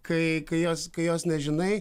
kai kai jos kai jos nežinai